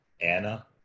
Anna